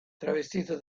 travestito